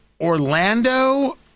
Orlando